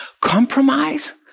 Compromise